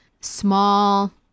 Small